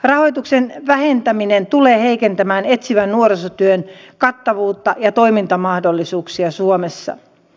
rahoituksen vähentäminen tulee heikentämään etsivän nuorisotyön kattavuutta ja toimintamahdollisuuksia suomessa